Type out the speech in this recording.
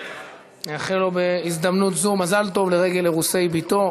נאחל לו בהזדמנות זו מזל טוב לרגל אירוסי בתו.